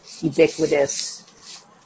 ubiquitous